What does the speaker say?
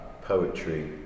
poetry